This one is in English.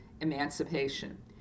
emancipation